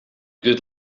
good